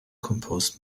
composed